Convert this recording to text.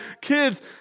kids